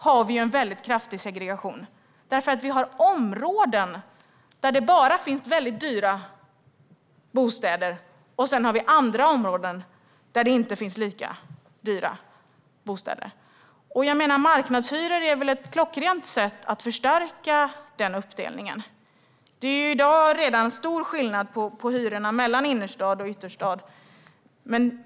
Men vi har en mycket kraftig segregering inkomstmässigt, därför att vi har områden där det finns bara mycket dyra bostäder. Sedan har vi andra områden där det inte finns lika dyra bostäder. Marknadshyror är väl ett klockrent sätt att förstärka denna uppdelning? Det är redan i dag stor skillnad på hyrorna mellan innerstad och ytterstad.